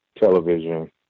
television